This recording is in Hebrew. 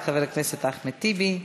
תודה רבה לחבר הכנסת אחמד טיבי.